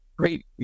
Great